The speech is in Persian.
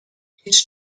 هیچ